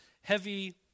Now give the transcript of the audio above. heavy